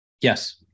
Yes